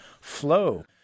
flow